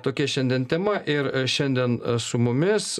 tokia šiandien tema ir šiandien su mumis